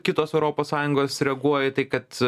kitos europos sąjungos reaguoja į tai kad